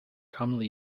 commonly